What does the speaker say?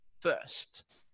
first